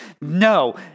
No